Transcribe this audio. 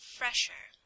fresher